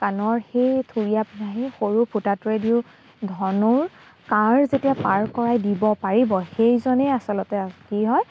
কাণৰ সেই থুৰীয়া পিন্ধা সেই সৰু ফুটাটোৱেদিও ধনুৰ কাঁড় যেতিয়া পাৰ কৰাই দিব পাৰিব সেইজনেই আচলতে কি হয়